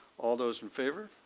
all those in favour?